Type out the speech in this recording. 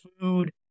food